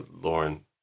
Lauren